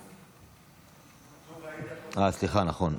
סליחה, נכון.